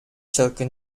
silky